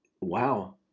wow